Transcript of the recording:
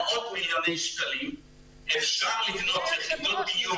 מאות מיליוני שקלים אלא אפשר לבנות יחידות דיור כמו